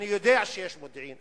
אני יודע שיש מודיעין.